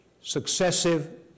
successive